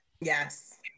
Yes